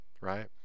right